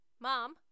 Mom